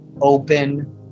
open